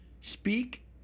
Speak